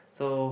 so